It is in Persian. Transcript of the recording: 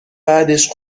بعدش